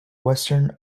western